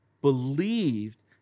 Believed